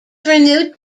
renewed